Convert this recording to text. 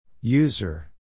User